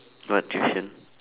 what tuition